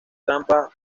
trampa